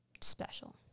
special